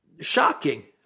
Shocking